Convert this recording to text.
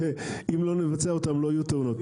שאם לא נבצע אותן, לא יהיו תאונות.